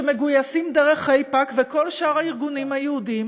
שמגויסים דרך איפא"ק וכל שאר הארגונים היהודיים